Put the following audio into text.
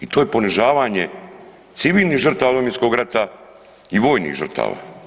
I to je ponižavanje civilnih žrtava Domovinskog rata i vojnih žrtava.